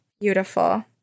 beautiful